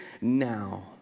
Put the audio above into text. now